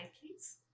please